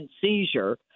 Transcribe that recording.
seizure